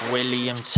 William